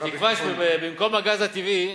בתקווה, במקום הגז הטבעי,